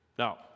Now